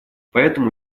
поэтому